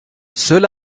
seule